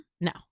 No